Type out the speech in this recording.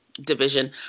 Division